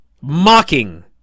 Mocking